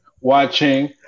watching